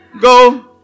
go